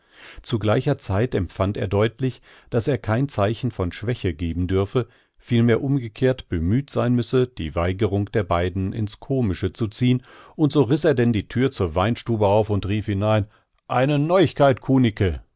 zu gleicher zeit empfand er deutlich daß er kein zeichen von schwäche geben dürfe vielmehr umgekehrt bemüht sein müsse die weigerung der beiden ins komische zu ziehn und so riß er denn die thür zur weinstube weit auf und rief hinein eine neuigkeit